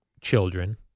children